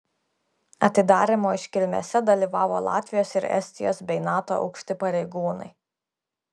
atidarymo iškilmėse dalyvavo latvijos ir estijos bei nato aukšti pareigūnai